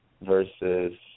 versus